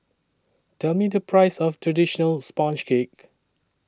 Tell Me The Price of Traditional Sponge Cake